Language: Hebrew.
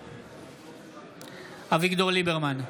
בעד אביגדור ליברמן,